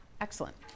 Excellent